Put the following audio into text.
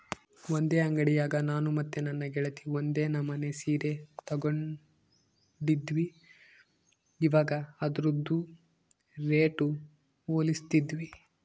ಒಂದೇ ಅಂಡಿಯಾಗ ನಾನು ಮತ್ತೆ ನನ್ನ ಗೆಳತಿ ಒಂದೇ ನಮನೆ ಸೀರೆ ತಗಂಡಿದ್ವಿ, ಇವಗ ಅದ್ರುದು ರೇಟು ಹೋಲಿಸ್ತಿದ್ವಿ